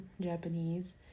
Japanese